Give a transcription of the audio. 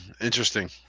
interesting